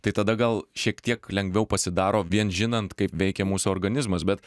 tai tada gal šiek tiek lengviau pasidaro vien žinant kaip veikia mūsų organizmas bet